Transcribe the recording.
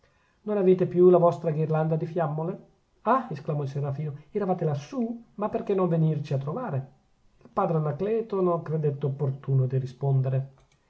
non avete più la vostra ghirlanda di fiammole ah esclamò il serafino eravate lassù ma perchè non venirci a trovare il padre anacleto non credette opportuno di rispondere